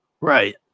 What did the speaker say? Right